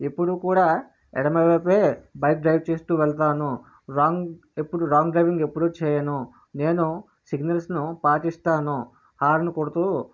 ఎప్పుడు కూడా ఎడమవైపు బైక్ డ్రైవ్ చేస్తు వెళ్తాను రాంగ్ ఎప్పుడు రాంగ్ డ్రైవింగ్ ఎప్పుడు చేయను నేను సిగ్నల్స్ను పాటిస్తాను హార్న్ కొడుతు